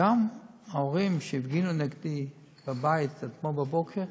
גם ההורים שהפגינו נגדי בבית אתמול בבוקר,